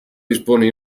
dispone